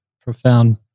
profound